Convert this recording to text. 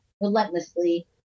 relentlessly